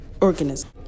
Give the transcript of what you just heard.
organism